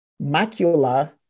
macula